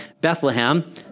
Bethlehem